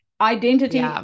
identity